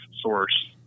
source